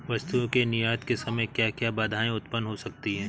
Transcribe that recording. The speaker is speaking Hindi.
वस्तुओं के निर्यात के समय क्या क्या बाधाएं उत्पन्न हो सकती हैं?